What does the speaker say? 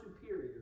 superior